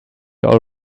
all